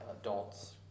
adults